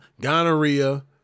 gonorrhea